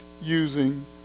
using